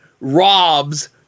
robs